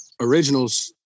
originals